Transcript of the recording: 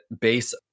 base